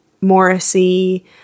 Morrissey